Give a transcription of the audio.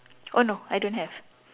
oh no I don't have